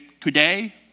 today